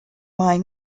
may